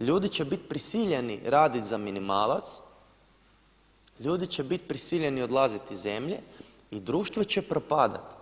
ljudi će bit prisiljeni raditi za minimalac, ljudi će bit prisiljeni odlaziti iz zemlje i društvo će propadati.